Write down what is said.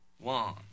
One